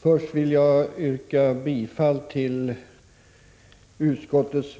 Fru talman! Jag yrkar bifall till socialutskottets